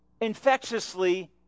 infectiously